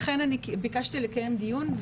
לכן אני ביקשתי לקיים דיון,